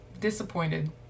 disappointed